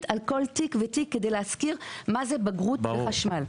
בכל תיק ותיק כדי להזכיר מה זה בגרות בחשמל.